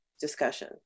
discussion